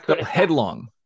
Headlong